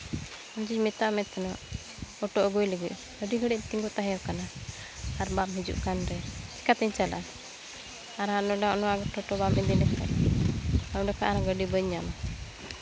ᱦᱤᱡᱩᱜ ᱤᱧ ᱢᱮᱛᱟᱜ ᱢᱮ ᱛᱟᱦᱮᱱᱟ ᱚᱴᱳ ᱟᱹᱜᱩᱭ ᱞᱟᱹᱜᱤᱫ ᱟᱹᱰᱤ ᱜᱷᱟᱹᱲᱤᱡ ᱤᱧ ᱛᱤᱸᱜᱩ ᱛᱟᱦᱮᱭ ᱠᱟᱱᱟ ᱟᱨ ᱵᱟᱢ ᱦᱤᱡᱩᱜ ᱠᱟᱱᱨᱮ ᱪᱤᱠᱟᱛᱮᱧ ᱪᱟᱞᱟᱜᱼᱟ ᱟᱨ ᱟᱢ ᱱᱚᱣᱟ ᱴᱳᱴᱳ ᱵᱟᱢ ᱤᱫᱤ ᱞᱮᱠᱷᱟᱱ ᱚᱸᱰᱮ ᱠᱷᱚᱡ ᱟᱨ ᱜᱟ ᱰᱤ ᱵᱟᱹᱧ ᱧᱟᱢᱟ